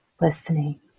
listening